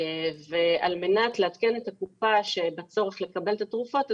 על מנת לעדכן את הקופה בצורך לקבל את התרופות,